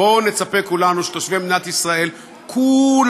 בואו נצפה כולנו שתושבי מדינת ישראל כולם,